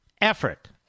effort